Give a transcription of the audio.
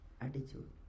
attitude